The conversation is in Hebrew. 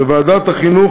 בוועדת החינוך,